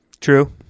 True